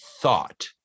thought